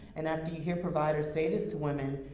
and after you hear providers say this to women,